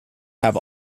have